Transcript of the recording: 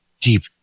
Deep